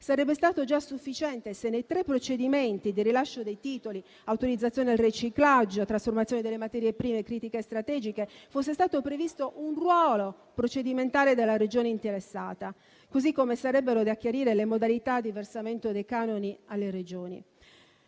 Sarebbe stato già sufficiente se nei procedimenti di rilascio dei titoli - autorizzazione al riciclaggio, trasformazione delle materie prime critiche e strategiche - fosse stato previsto un ruolo procedimentale dalla Regione interessata, così come sarebbero da chiarire le modalità di versamento dei canoni alle Regioni.